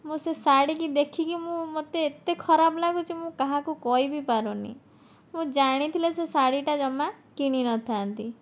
ମୁଁ ସେ ଶାଢ଼ୀକୁ ଦେଖିକି ମୁଁ ମୋତେ ଏତେ ଖରାପ ଲାଗୁଛି ମୁଁ କାହାକୁ କହି ବି ପାରୁନାହିଁ ମୁଁ ଜାଣିଥିଲେ ସେ ଶାଢ଼ୀଟା ଜମା କିଣିନଥାନ୍ତି